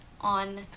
on